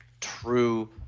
true